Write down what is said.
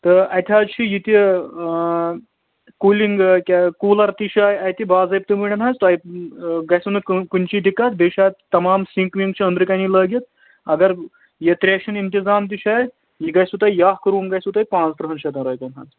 تہٕ اَتہِ حظ چھِ یہِ تہِ کوٗلِنٛگ کیٛاہ کوٗلَر تہِ چھُ اَتہِ باضٲبطہٕ پٲٹھۍ حظ تۄہہِ گژھو نہٕ کُنہِ چی دِقعت بیٚیہِ چھُ اَتھ تَمام سِنٛک وِنٛگ چھِ أنٛدرٕ کَنی لٲگِتھ اگر یہِ ترٛیٚشہِ ہُنٛد اِنٛتظام تہِ چھُ اَسہِ یہِ گژھِوٕ تۄہہِ یہِ اکھ روٗم گژھِوٕ تۄہہِ پانٛژترٕٛہن شیٚتَن رۄپیَن حظ